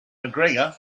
macgregor